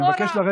אני מבקש לרדת.